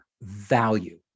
value